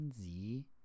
Sie